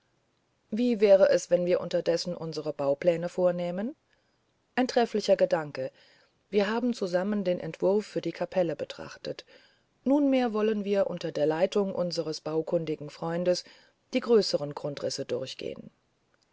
wie wäre es wenn wir unterdessen unsere baupläne vornähmen ein trefflicher gedanke wir haben zusammen den entwurf für die kapelle betrachtet nunmehr wollen wir unter der leitung unseres baukundigen freundes die größeren grundrisse durchgehen